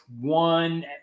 one